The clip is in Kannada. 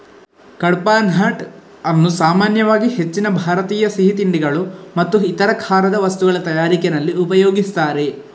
ಕಡ್ಪಾಹ್ನಟ್ ಅನ್ನು ಸಾಮಾನ್ಯವಾಗಿ ಹೆಚ್ಚಿನ ಭಾರತೀಯ ಸಿಹಿ ತಿಂಡಿಗಳು ಮತ್ತು ಇತರ ಖಾರದ ವಸ್ತುಗಳ ತಯಾರಿಕೆನಲ್ಲಿ ಉಪಯೋಗಿಸ್ತಾರೆ